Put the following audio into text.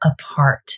apart